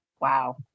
wow